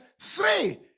Three